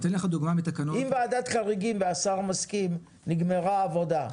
אם ועדת חריגים והשר מסכים, נגמרה העבודה.